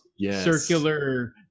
circular